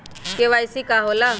KYC का होला?